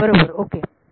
होय बरोबर ओके